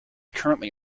currently